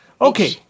Okay